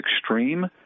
extreme